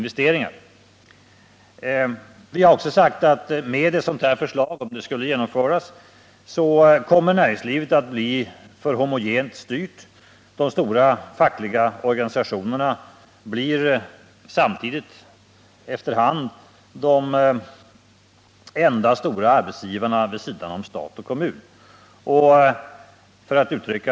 Vi har också sagt att om ett sådant här förslag skulle genomföras kommer de stora fackliga organisationerna efter hand att bli de enda stora arbetsgivarna vid sidan om stat och kommun.